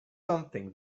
something